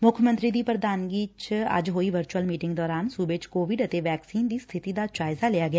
ਮੁੱਖ ਮੰਤਰੀ ਦੀ ਪ੍ਰਧਾਨਗੀ ਹੇਠ ਅੱਜ ਹੋਈ ਵਰਚੁਅਲ ਮੀਟਿੰਗ ਦੌਰਾਨ ਸਬੇ ਵਿੱਚ ਕੋਵਿਡ ਅਤੇ ਵੈਕਸੀਨ ਦੀ ਸਬਿਤੀ ਦਾ ਜਾਇਜ਼ਾ ਲਿਆ ਗਿਆ